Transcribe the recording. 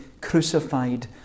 crucified